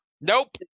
nope